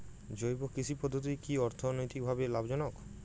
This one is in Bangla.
জৈব কৃষি পদ্ধতি কি অর্থনৈতিকভাবে লাভজনক?